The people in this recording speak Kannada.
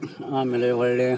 ಆಮೇಲೆ ಒಳ್ಳೆಯ